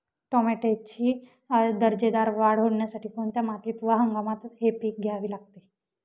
टोमॅटोची दर्जेदार वाढ होण्यासाठी कोणत्या मातीत व हंगामात हे पीक घ्यावे?